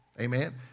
Amen